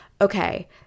okay